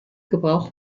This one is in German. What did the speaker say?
gebrauch